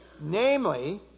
namely